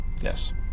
yes